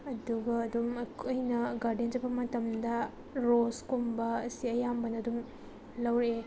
ꯑꯗꯨꯒ ꯑꯗꯨꯝ ꯑꯩꯅ ꯒꯥꯔꯗꯦꯟ ꯆꯠꯄ ꯃꯇꯝꯗ ꯔꯣꯁꯀꯨꯝꯕ ꯑꯁꯤ ꯑꯌꯥꯝꯕꯅ ꯑꯗꯨꯝ ꯂꯧꯔꯛꯑꯦ